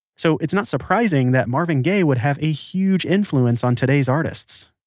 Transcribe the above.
so it's not surprising that marvin gaye would have a huge influence on today's artists